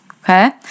okay